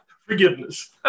forgiveness